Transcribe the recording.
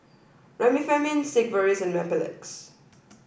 Remifemin Sigvaris and Mepilex